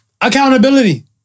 accountability